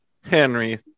henry